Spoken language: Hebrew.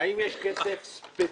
האם יש כסף ספציפי,